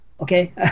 Okay